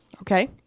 Okay